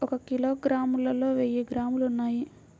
ఒక కిలోగ్రామ్ లో వెయ్యి గ్రాములు ఉన్నాయి